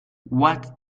what